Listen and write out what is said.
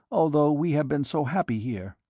although we have been so happy here.